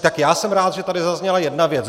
Tak já jsem rád, že tady zazněla jedna věc.